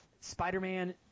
Spider-Man